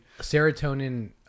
serotonin